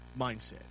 mindset